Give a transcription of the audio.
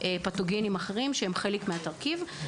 פתוגניים אחרים שהם חלק מהתרכיב.